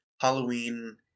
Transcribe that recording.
Halloween